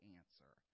answer